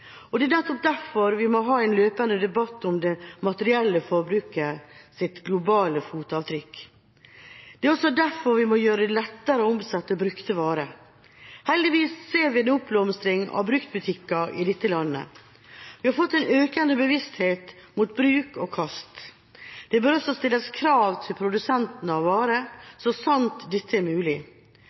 og det er nettopp derfor vi må ha en løpende debatt om det materielle forbrukets globale fotavtrykk. Det er også derfor vi må gjøre det lettere å omsette brukte varer. Heldigvis ser vi en oppblomstring av bruktbutikker i dette landet. Vi har fått en økende bevissthet mot bruk og kast. Det bør også stilles krav til produsenter at varer, så sant dette er mulig,